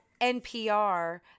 NPR